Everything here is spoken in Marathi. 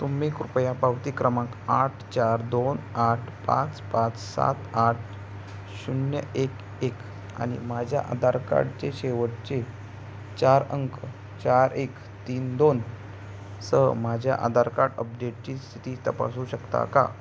तुम्ही कृपया पावती क्रमांक आठ चार दोन आठ पाच पाच सात आठ शून्य एक एक आणि माझ्या आधार कार्डचे शेवटचे चार अंक चार एक तीन दोनसह माझ्या आधार कार्ड अपडेटची स्थिती तपासू शकता का